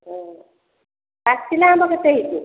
ହୁଁ ପାଚିଲା ଆମ୍ବ କେତେ ହେଇଛି